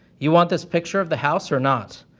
you want this picture of the house or not?